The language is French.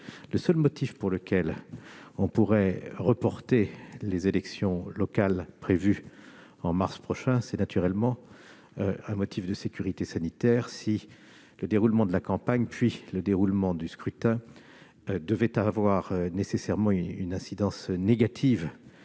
Le seul motif pour lequel on pourrait reporter les élections locales prévues au mois de mars prochain, c'est naturellement un motif de sécurité sanitaire, si le déroulement de la campagne puis le déroulement du scrutin devaient avoir une incidence négative